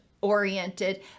oriented